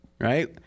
right